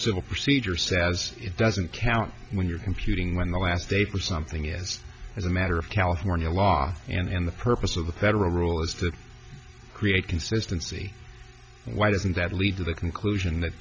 civil procedure says it doesn't count when you're computing when the last day for something is as a matter of california law and the purpose of the federal rule is to create consistency why doesn't that lead to the conclusion that